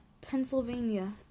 Pennsylvania